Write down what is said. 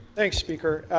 thanks, speaker.